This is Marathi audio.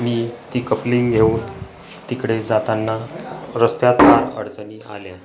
मी ती कप्लिंग घेऊन तिकडे जाताना रस्त्यात फार अडचणी आल्या